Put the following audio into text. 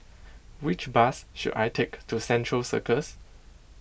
which bus should I take to Central Circus